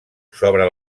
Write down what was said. sobre